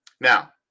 Now